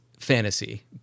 fantasy